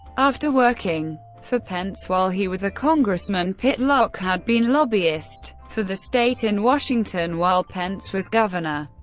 after working for pence while he was a congressman, pitlock had been lobbyist for the state in washington while pence was governor.